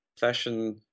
fashion